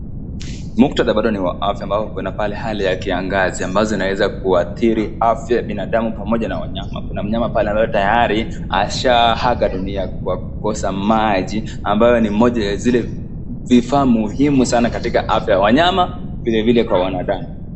Muktadha ambao bado ni wa afya na kuna pale hali ya kiangazi ambayo inaweza kuathiri afya ya binadamu pamoja na wanyama. Kuna mnyama pale ambaye tayari, ashaaga dunia kwa kukosa maji ambayo ni moja ya zile vifaa muhimu sana katika afya ya wanyama vilevile kwa wanadamu.